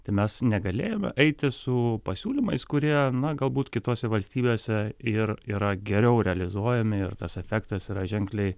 tai mes negalėjome eiti su pasiūlymais kurie na galbūt kitose valstybėse ir yra geriau realizuojami ir tas efektas yra ženkliai